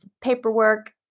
paperwork